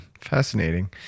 Fascinating